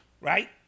right